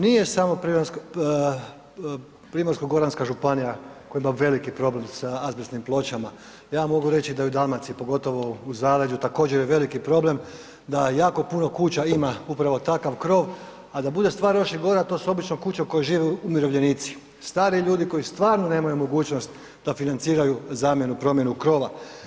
Nije samo Primorsko-goranska županija koja ima veliki problem sa azbestnim pločama, ja mogu reći da i u Dalmaciji, pogotovo u zaleđu također je veliki problem da jako puno kuća ima upravo takav krov a da bude stvar još i gora to su obično kuće u kojima žive umirovljenici, stari ljudi koji stvarno nemaju mogućnost da financiraju zamjenu, promjenu krova.